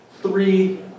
Three